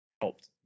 helped